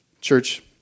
Church